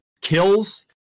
kills